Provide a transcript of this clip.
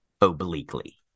obliquely